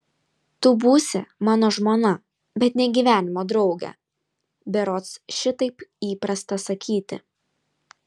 tu būsi mano žmona bet ne gyvenimo draugė berods šitaip įprasta sakyti